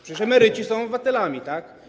Przecież emeryci są obywatelami, tak?